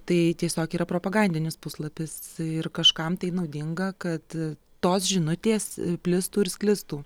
tai tiesiog yra propagandinis puslapis ir kažkam tai naudinga kad tos žinutės plistų ir sklistų